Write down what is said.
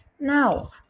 Now